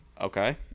okay